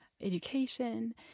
education